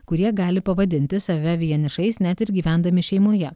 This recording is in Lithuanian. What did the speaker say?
kurie gali pavadinti save vienišais net ir gyvendami šeimoje